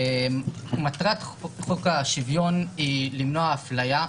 מטרת חוק השוויון היא למנוע הפליה,